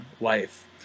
life